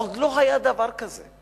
עוד לא היה דבר כזה.